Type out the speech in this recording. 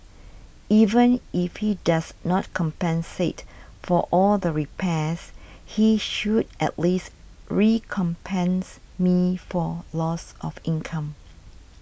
even if he does not compensate for all the repairs he should at least recompense me for loss of income